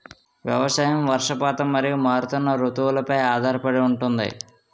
వ్యవసాయం వర్షపాతం మరియు మారుతున్న రుతువులపై ఆధారపడి ఉంటుంది